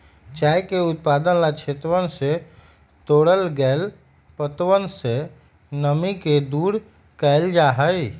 चाय के उत्पादन ला क्षेत्रवन से तोड़ल गैल पत्तवन से नमी के दूर कइल जाहई